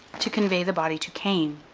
to convey the body to caen,